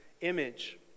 image